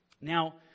Now